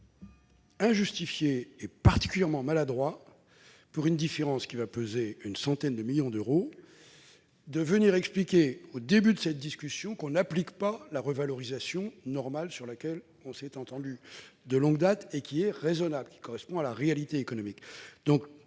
trouve injustifié et particulièrement maladroit, pour une différence qui va peser une centaine de millions d'euros, d'expliquer dès le début de la discussion que l'on n'appliquera pas la revalorisation normale, sur laquelle le Parlement s'est prononcé de longue date, qui est raisonnable et qui correspond à la réalité économique.